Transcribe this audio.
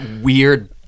weird